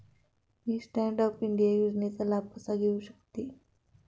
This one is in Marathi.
मी स्टँड अप इंडिया योजनेचा लाभ कसा घेऊ शकते